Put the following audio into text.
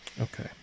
Okay